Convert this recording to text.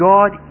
God